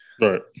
Right